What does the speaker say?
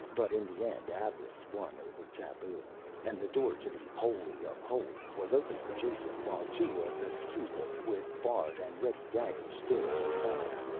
but in the end avarice won over taboo and the door to the holy of holies was opened for jason while two of the sciuloj, with bared and ready daggers, stood at his sides.